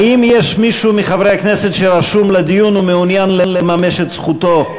האם יש מישהו מחברי הכנסת שרשום לדיון ומעוניין לממש את זכותו?